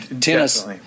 tennis